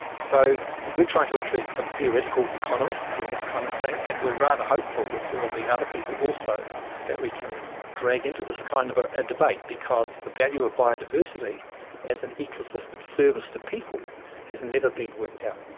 so we're trying to interest some theoretical economists in this kind of thing and we are rather hopeful that there will be other people also that we can drag into this kind of a ah debate because the value of biodiversity as an ecosystem service to people has never been worked out.